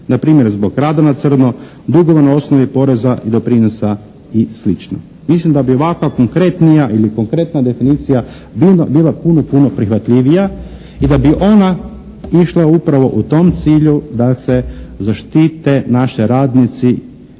Na primjer, zbog rada na crno, dugova na osnovi poreza i doprinosa i slično. Mislim da bi ovakva konkretnija ili konkretna definicija bila puno, puno prihvatljivija i da bi ona išla upravo u tom cilju da se zaštite naše radnice